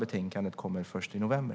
Betänkandet kommer först i november.